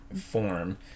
Form